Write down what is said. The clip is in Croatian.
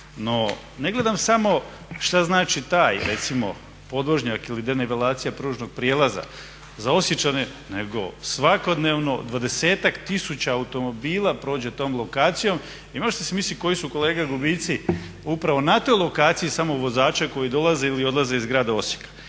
No, ne gledam samo što znači taj recimo podvožnjak ili denivelacija pružnog prijelaza za Osječane nego svakodnevno dvadesetak tisuća automobila prođe tom lokacijom i možete si misliti koji su kolege gubici upravo na toj lokaciji samo vozača koji dolaze ili odlaze iz grada Osijeka.